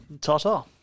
Ta-ta